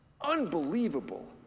Unbelievable